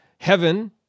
heaven